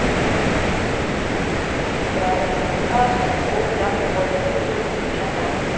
going through that check list. you can check it out with the arms up. you might open out to warrior two here just to check out